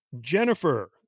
Jennifer